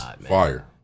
fire